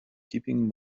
keeping